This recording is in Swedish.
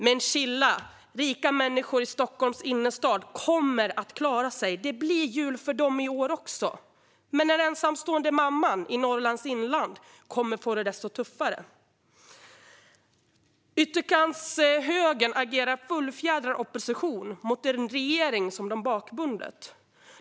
Men chilla, rika människor i Stockholms innerstad kommer att klara sig. Det blir jul för dem i år också. Men den ensamstående mamman i Norrlands inland kommer att få det desto tuffare. Ytterkantshögern agerar fullfjädrad opposition mot en regering som de har bakbundit.